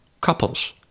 Couples